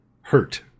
hurt